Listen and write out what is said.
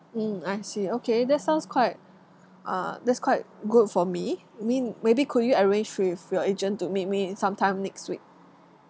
mm I see okay that sounds quite uh that's quite good for me I mean maybe could you arrange with your agent to meet me sometime next week